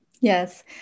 Yes